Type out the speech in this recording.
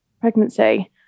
pregnancy